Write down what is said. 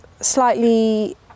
slightly